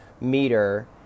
meter